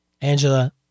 Angela